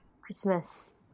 Christmas